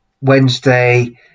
Wednesday